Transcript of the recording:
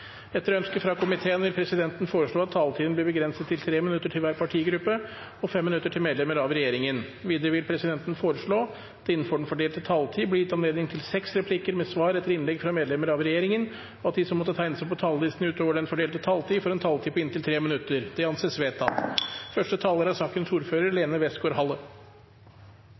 Etter ønske fra energi- og miljøkomiteen vil presidenten foreslå at taletiden blir begrenset til 3 minutter til hver partigruppe og 5 minutter til medlemmer av regjeringen. Videre vil presidenten foreslå at det – innenfor den fordelte taletid – blir gitt anledning til seks replikker med svar etter innlegg fra medlemmer av regjeringen, og at de som måtte tegne seg på talerlisten utover den fordelte taletid, får en taletid på inntil 3 minutter. – Det anses vedtatt. Biogass er